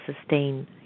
sustain